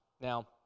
Now